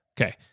Okay